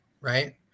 right